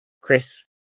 chris